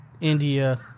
India